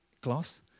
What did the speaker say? Gloss